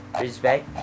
respect